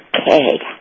Okay